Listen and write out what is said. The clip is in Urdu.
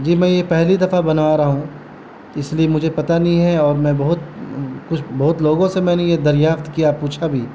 جی میں یہ پہلی دفعہ بنوا رہا ہوں اس لیے مجھے پتہ نہیں ہے اور میں بہت کچھ بہت لوگوں سے میں نے یہ دریافت کیا پوچھا بھی